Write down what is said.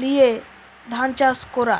লিয়ে ধান চাষ কোরা